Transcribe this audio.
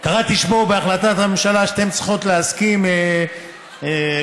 קראתי בהחלטת הממשלה שאתן צריכות להסכים, למה?